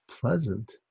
pleasant